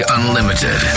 Unlimited